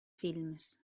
films